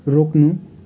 रोक्नु